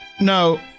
No